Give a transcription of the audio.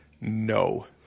no